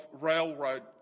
railroad